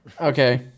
Okay